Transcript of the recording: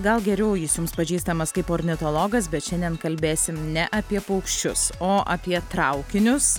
gal geriau jis jums pažįstamas kaip ornitologas bet šiandien kalbėsim ne apie paukščius o apie traukinius